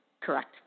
Correct